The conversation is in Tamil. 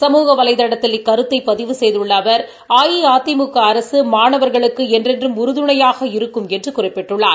சமூக வலைதளத்தில் இக்கருத்தை பதிவு செய்துள்ள அவர் அஇஅதிமுக அரசு மாணவர்களுக்கு என்றென்றும் உறுதுணையாக இருக்கும் என்று குறிப்பிட்டுள்ளார்